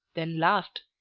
then laughed.